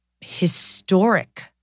historic